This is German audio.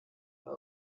bei